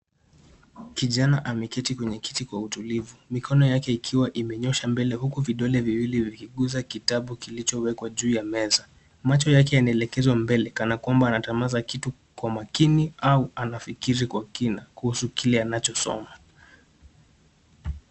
Kijana ameketi kwenye kiti kwa utulivu, mikono yake ikiwa imenyosha mbele huku vidole viwili vikiguza kitabu kilichowekwa juu ya meza. Macho yake yanaelekezwa mbele kana kwamba anatamaza kitu kwa makini au anafikiri kwa kina kuhusu kile anachosoma.